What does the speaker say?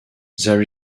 there